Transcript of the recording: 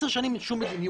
10 שנים אין שום מדיניות,